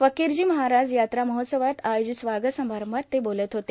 फकीरजी महाराज यात्रा महोत्सवात आयोजित स्वागत समारंभात ते बोलत होते